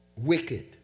wicked